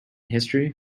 history